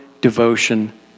devotion